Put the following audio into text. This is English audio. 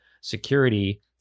security